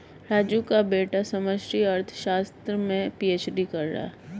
राजू का बेटा समष्टि अर्थशास्त्र में पी.एच.डी कर रहा है